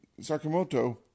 Sakamoto